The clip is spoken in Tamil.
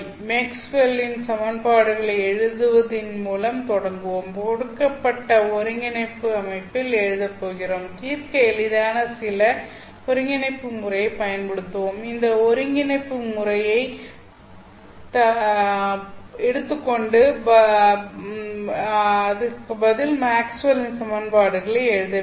மேக்ஸ்வெல்லின் Maxwell's சமன்பாடுகளை எழுதுவதன் மூலம் தொடங்குவோம் கொடுக்கப்பட்ட ஒருங்கிணைப்பு அமைப்பில் எழுதப் போகிறோம் தீர்க்க எளிதான சில ஒருங்கிணைப்பு முறையைப் பயன்படுத்துவோம் இந்த ஒருங்கிணைப்பு முறையை எடுத்துக்கொண்டு பதில் மேக்ஸ்வெல்லின் சமன்பாடுகளை எழுதவேண்டும்